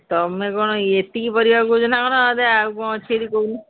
ତୁମେ କ'ଣ ଏତିକି ପରିବା କହୁଛ ନା କ'ଣ ଆଉ କ'ଣ ଅଛି ଯଦି କହୁନ